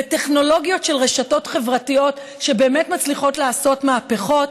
וטכנולוגיות של רשתות חברתיות שבאמת מצליחות לעשות מהפכות,